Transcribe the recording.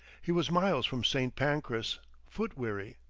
he was miles from st. pancras, foot-weary,